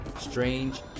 strange